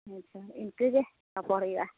ᱦᱮᱸᱛᱚ ᱤᱱᱠᱟᱹ ᱜᱮ ᱨᱚᱯᱚᱲ ᱦᱩᱭᱩᱜᱼᱟ